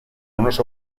unos